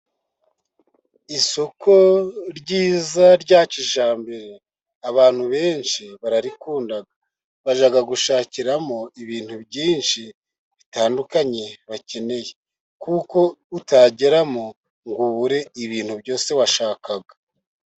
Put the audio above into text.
Isoko ryiza rya kijyambere, abantu benshi bararikunda bajya gushakiramo ibintu byinshi bitandukanye bakeneye, kuko utageramo ngo ubure ibintu byose washakaga.